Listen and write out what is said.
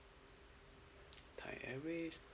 thai airway